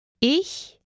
Ich